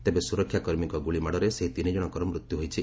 ତେବେ ସୁରକ୍ଷାକର୍ମୀଙ୍କ ଗୁଳିମାଡ଼ରେ ସେହି ତିନିଜ୍ଞଣଙ୍କର ମୃତ୍ୟୁ ହୋଇଛି